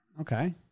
Okay